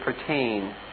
pertain